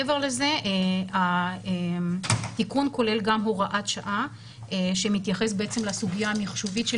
מעבר לזה התיקון כולל גם הוראת שעה שמתייחס בעצם לסוגיה המחשובית של